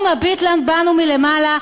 הוא מביט בנו מלמעלה.